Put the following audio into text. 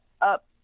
up